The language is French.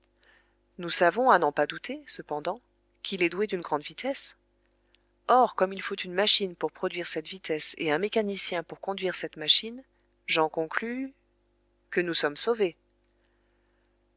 nous savons à n'en pas douter cependant qu'il est doué d'une grande vitesse or comme il faut une machine pour produire cette vitesse et un mécanicien pour conduire cette machine j'en conclus que nous sommes sauvés